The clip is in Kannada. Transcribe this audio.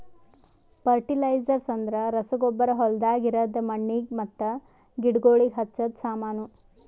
ಫರ್ಟಿಲೈಜ್ರ್ಸ್ ಅಂದ್ರ ರಸಗೊಬ್ಬರ ಹೊಲ್ದಾಗ ಇರದ್ ಮಣ್ಣಿಗ್ ಮತ್ತ ಗಿಡಗೋಳಿಗ್ ಹಚ್ಚದ ಸಾಮಾನು